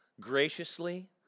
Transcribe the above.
graciously